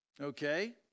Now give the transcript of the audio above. Okay